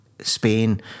spain